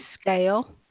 scale